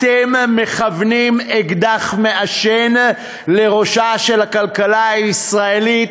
אתם מכוונים אקדח מעשן לראשה של הכלכלה הישראלית